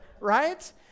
right